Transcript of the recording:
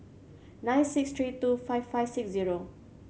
nine six three two five five six zero